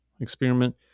experiment